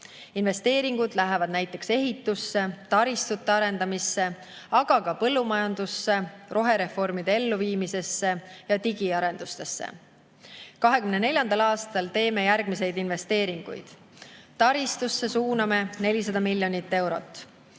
Investeeringud lähevad näiteks ehitusse, taristute arendamisse, aga ka põllumajandusse, rohereformide elluviimisesse ja digiarendustesse. 2024. aastal teeme järgmisi investeeringuid. Taristusse suuname 400 miljonit eurot.